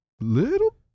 Little